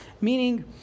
Meaning